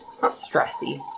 stressy